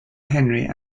henry